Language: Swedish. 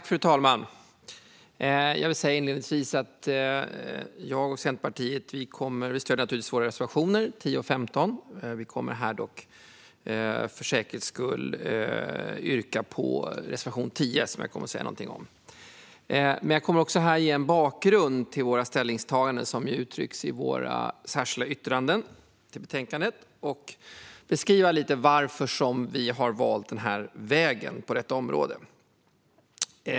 Fru talman! Vi i Centerpartiet står naturligtvis bakom alla våra reservationer, men här vill jag bara yrka bifall till reservation 10, som jag kommer att säga något om. Jag kommer här också att ge en bakgrund till de ställningstaganden som uttrycks i våra särskilda yttranden och beskriva lite varför vi har valt den här vägen på detta område.